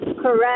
correct